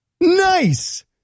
Nice